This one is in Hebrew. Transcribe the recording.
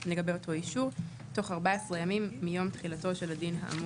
אותו אישור תוך 14 ימים מיום תחילתו של הדין האמור.